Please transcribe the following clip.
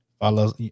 Follow